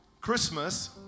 Christmas